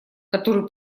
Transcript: который